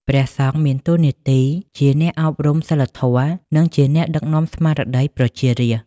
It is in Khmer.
ព្រះសង្ឃមានតួនាទីជាអ្នកអប់រំសីលធម៌ និងជាអ្នកដឹកនាំស្មារតីប្រជារាស្ត្រ។